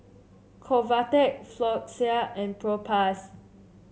Convatec Floxia and Propass